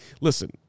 Listen